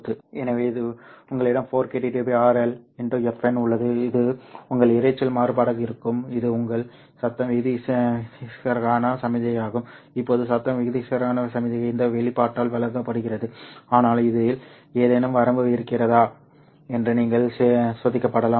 எனவே இது உங்களிடம் 4kT RL x Fn உள்ளது இது உங்கள் இரைச்சல் மாறுபாடாக இருக்கும் இது உங்கள் சத்தம் விகிதத்திற்கான சமிக்ஞையாகும் இப்போது சத்தம் விகிதத்திற்கான சமிக்ஞை இந்த வெளிப்பாட்டால் வழங்கப்படுகிறது ஆனால் இதில் ஏதேனும் வரம்பு இருக்கிறதா என்று நீங்கள் சோதிக்கப்படலாம்